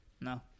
No